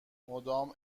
مدام